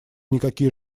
никакие